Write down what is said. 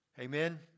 Amen